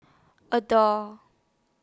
Adore